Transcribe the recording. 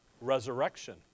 resurrection